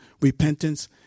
repentance